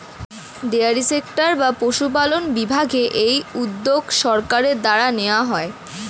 dairy sector বা পশুপালন বিভাগে এই উদ্যোগ সরকারের দ্বারা নেওয়া হয়